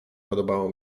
podobało